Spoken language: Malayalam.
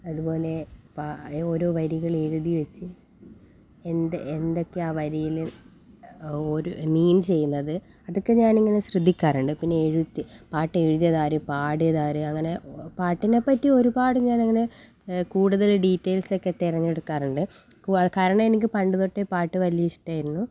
അതുപോലെ ഓരോ വരികൾ എഴുതിവച്ച് എന്ത് എന്തൊക്കെയാണ് ആ വരിയിൽ ഒരു മീൻ ചെയ്യുന്നത് അതൊക്കെ ഞാനിങ്ങനെ ശ്രദ്ധിക്കാറുണ്ട് പിന്നെ എഴുതി പാട്ട് എഴുതിയതാര് പാടിയതാര് അങ്ങനെ പാട്ടിനെപ്പറ്റി ഒരുപാട് ഞാൻ അങ്ങനെ കൂടുതൽ ഡീറ്റെയിൽസൊക്കെ തിരഞ്ഞെടുക്കാറുണ്ട് കാരണം എനിക്ക് പണ്ടുതൊട്ടേ പാട്ട് വലിയ ഇഷ്ടമായിരുന്നു